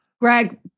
Greg